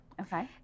Okay